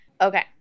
Okay